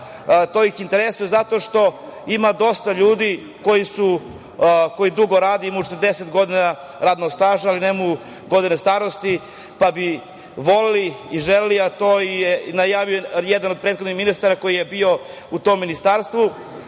to ih interesuje zato što ima dosta ljudi koji dugo rade, imaju 40 godina radnog staža ali nemaju godine starosti, pa bi voleli i želeli, a to je najavio jedan od prethodnih ministara koji je bio u tom ministarstvu